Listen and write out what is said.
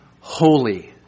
holy